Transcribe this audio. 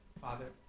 Father